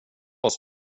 oss